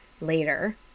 Later